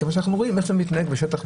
מכיוון שאנחנו רואים איך זה מתנהג בשטח,